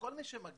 כל מי שמגיע,